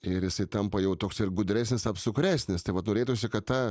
ir jisai tampa jau toks ir gudresnis apsukresnis tai vat norėtųsi kad tą